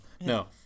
No